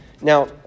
Now